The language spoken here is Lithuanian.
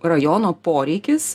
rajono poreikis